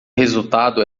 resultado